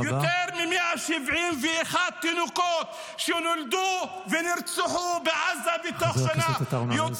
יותר מ-171 תינוקות שנולדו נרצחו בעזה בתוך שנה.